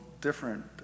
different